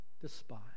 despise